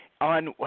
on